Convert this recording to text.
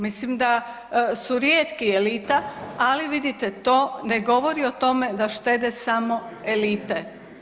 Mislim da su rijetki elita, ali vidite to ne govori o tome da štede samo elite.